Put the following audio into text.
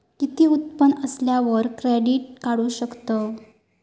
किती उत्पन्न असल्यावर क्रेडीट काढू शकतव?